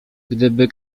gdyby